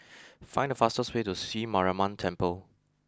find the fastest way to Sri Mariamman Temple